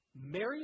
Mary